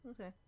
Okay